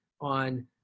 on